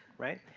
right?